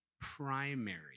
primary